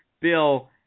Bill